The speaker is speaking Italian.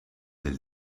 del